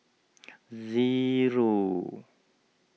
zero